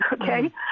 Okay